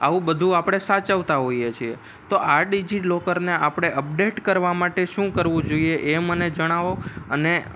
આવું બધું આપણે સાચવતા હોઈએ છીએ તો આ ડિઝિલોકરને આપણે અપડેટ કરવા માટે શું કરવું જોઈએ એ મને જણાવો અને